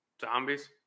zombies